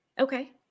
Okay